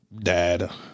dad